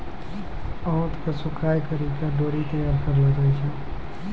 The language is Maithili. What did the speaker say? आंत के सुखाय करि के डोरी तैयार करलो जाय छै